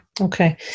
Okay